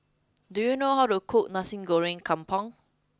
do you know how to cook Nasi Goreng Kampung